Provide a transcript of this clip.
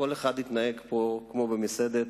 כל אחד התנהג פה כמו במסעדת